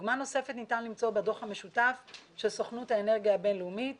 דוגמה נוספת ניתן למצוא בדוח המשותף של סוכנות האנרגיה הבין-לאומית